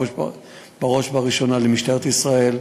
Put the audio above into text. בראש ובראשונה למשטרת ישראל,